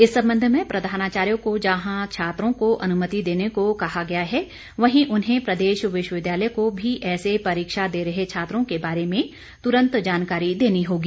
इस संबंध में प्रधानाचार्यों को जहां छात्रों को अनुमति देने को कहा गया है वहीं उन्हें प्रदेश विश्वविद्यालय को भी ऐसे परीक्षा दे रहे छात्रों के बारे में तुरंत जानकारी देनी होगी